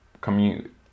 commute